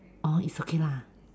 orh is okay lah